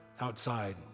outside